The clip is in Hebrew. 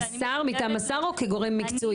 מטעם השר או כגורם מקצועי?